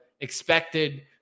expected